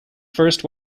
first